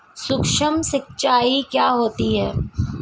सुक्ष्म सिंचाई क्या होती है?